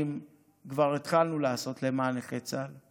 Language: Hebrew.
כבר התחלנו לעשות למען נכי צה"ל,